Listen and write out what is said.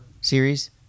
series